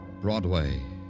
Broadway